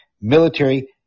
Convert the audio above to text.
military